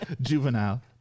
Juvenile